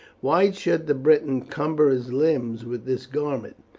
why should the briton cumber his limbs with this garment?